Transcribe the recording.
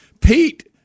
Pete